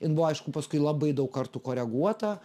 jin buvo aišku paskui labai daug kartų koreguota